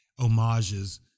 Homages